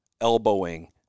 elbowing